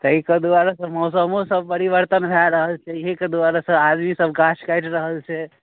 ताहि के दुआरे सँ मौसमो सभ परिवर्तन भऽ रहल छै एहिये के दुआरे सँ आदमी सभ गाछ काटि रहल छै